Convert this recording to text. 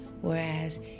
whereas